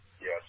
Yes